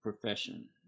Profession